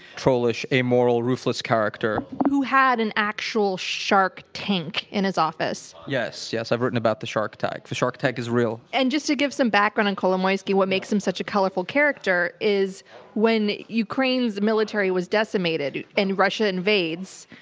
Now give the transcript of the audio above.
trollish, amoral, ruthless character. who had an actual shark tank in his office. yes. yes, i've written about the shark tank. the shark tank is real. and just to give some background on kolomoyskyi, what makes him such a colorful character is when ukraine's military was decimated and russia invades,